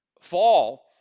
fall